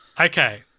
Okay